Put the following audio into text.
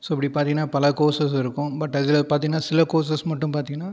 so இப்படி பார்த்தீங்கன்னா பல கோர்ஸ்சஸ் இருக்கும் பட் அதில் பார்த்தீங்கன்னா சில கோர்ஸ்சஸ் மட்டும் பார்த்தீங்கன்னா